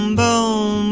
boom